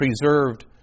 preserved